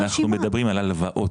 אנחנו כרגע מדברים על הלוואות.